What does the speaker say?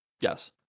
Yes